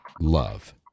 love